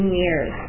years